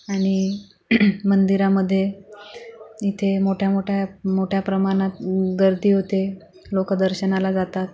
आणि मंदिरामधे इथे मोठ्यामोठ्या मोठ्या प्रमाणात गर्दी होते लोक दर्शनाला जातात